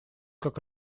как